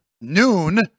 Noon